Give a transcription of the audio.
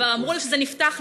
כבר אמרו לה שזה נפתח,